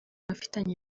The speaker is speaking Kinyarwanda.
abafitanye